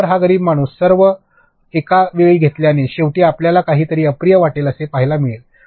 तर हा गरीब माणूस हे सर्व एका वेळी घेतल्याने शेवटी आपल्याला काहीतरी अप्रिय वाटेल असे पहायला मिळेल